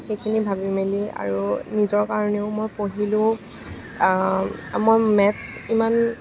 সেইখিনি ভাবি মেলি আৰু নিজৰ কাৰণেও মই পঢ়িলোঁ মই মেটচ ইমান